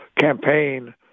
campaign